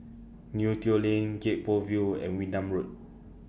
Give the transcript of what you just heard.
Neo Tiew Lane Gek Poh Ville and Wee Nam Road